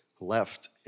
left